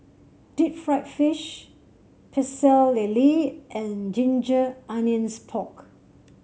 Deep Fried Fish Pecel Lele and Ginger Onions Pork